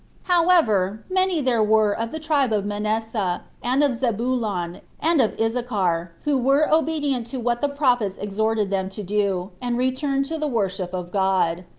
however, many there were of the tribe of manasseh, and of zebulon, and of issachar, who were obedient to what the prophets exhorted them to do, and returned to the worship of god.